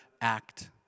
act